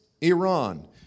Iran